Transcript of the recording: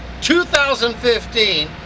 2015